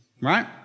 Right